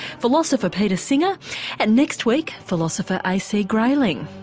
philosopher peter singer and next week philosopher ac grayling.